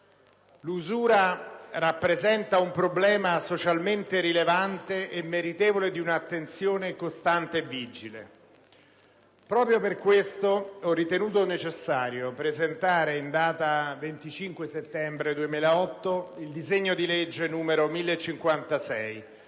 L'usura rappresenta un problema socialmente rilevante e meritevole di un'attenzione costante e vigile. Proprio per questo ho ritenuto necessario presentare in data 25 settembre 2008 il disegno di legge n. 1056,